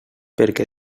perquè